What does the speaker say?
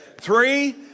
Three